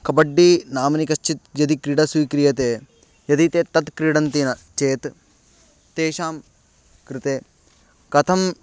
कबड्डी नाम्नि कश्चित् यदि क्रीडा स्वीक्रियते यदि ते तत् क्रीडन्ति न चेत् तेषां कृते कथं